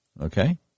Okay